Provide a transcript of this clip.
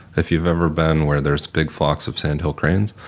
if you've ever been where there's big flocks of sandhill cranes,